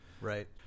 right